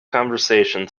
conversation